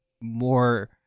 more